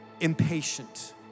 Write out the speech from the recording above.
impatient